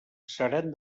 seran